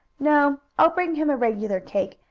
no, i'll bring him a regular cake,